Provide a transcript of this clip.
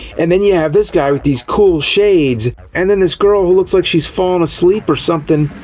and then you have this guy, with these cool shades, and then this girl who looks like she's fallin' asleep or somethin'.